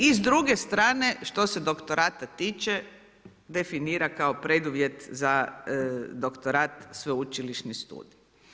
I s druge strane što se doktorata tiče definira kao preduvjet za doktorat sveučilišni studij.